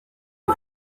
est